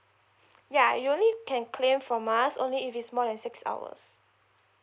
ya you only can claim from us only if it's more than six hours